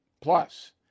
Plus